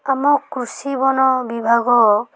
ଆମ କୃଷି ବନ ବିଭାଗ